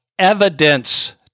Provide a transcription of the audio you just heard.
evidence